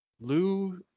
Lou